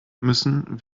müssen